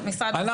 ללא,